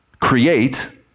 create